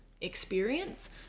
experience